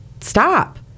stop